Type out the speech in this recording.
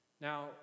Now